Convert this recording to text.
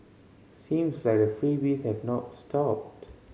seems like the freebies have not stopped